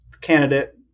candidate